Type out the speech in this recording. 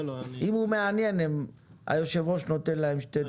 אם הוא מעניין, היושב ראש נותן להם שתי דקות.